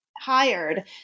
hired